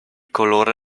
colore